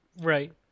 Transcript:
Right